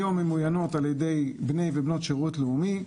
היום הן ממוינות על ידי בני ובנות שירות לאומי.